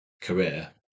career